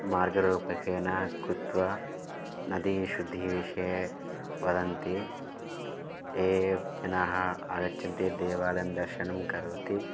मार्गरूपकेण कृत्वा नद्याः शुद्धिविषये वदन्ति ये जनाः आगच्छन्ति देवालयं दर्शनं करोति